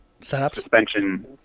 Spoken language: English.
suspension